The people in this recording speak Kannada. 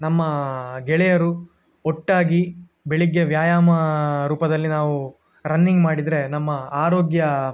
ನಮ್ಮ ಗೆಳೆಯರು ಒಟ್ಟಾಗಿ ಬೆಳಿಗ್ಗೆ ವ್ಯಾಯಾಮ ರೂಪದಲ್ಲಿ ನಾವು ರನ್ನಿಂಗ್ ಮಾಡಿದರೆ ನಮ್ಮ ಆರೋಗ್ಯ